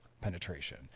penetration